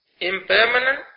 impermanent